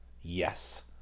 Yes